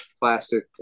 classic